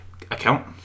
account